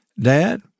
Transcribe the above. Dad